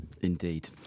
Indeed